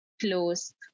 close